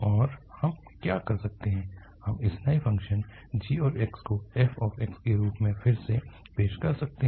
या हम क्या कर सकते हैं हम इस नए फ़ंक्शन g को f के रूप में फिर से में पेश कर सकते हैं